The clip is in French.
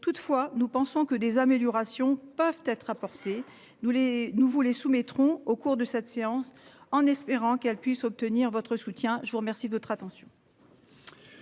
Toutefois, nous pensons que des améliorations peuvent être apportées. Nous les nouveaux les soumettront au cours de cette séance en espérant qu'elle puisse obtenir votre soutien je vous remercie de votre attention.